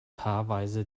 paarweise